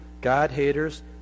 God-haters